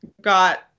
got